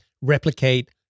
Replicate